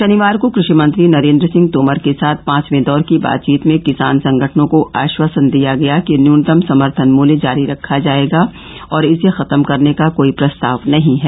शनिवार को कृषि मंत्री नरेंद्र सिंह तोमर के साथ पांचवे दौर की बातचीत में किसान संगठनों को आश्वासन दिया गया कि न्यूनतम समर्थन मूल्य जारी रखा जाएगा और इसे खत्म करने का कोई प्रस्ताव नहीं है